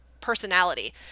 personality